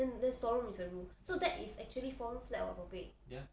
then the storeroom is a room so that is actually four room flat hor 宝贝